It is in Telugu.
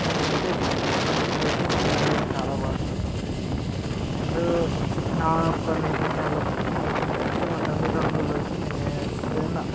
నేను అయితే చిన్నప్పటి నుంచి అయితే బొమ్మలైతే చాలా బాగా గీస్తుండే అండ్ నా యొక్క నైపుణ్యాలు నైపుణ్యాలు అంటే నా తల్లితండ్రులు అయితే నేను ఏ ఏదన్న